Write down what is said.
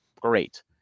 great